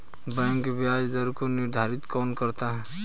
Bank ब्याज दर को निर्धारित कौन करता है?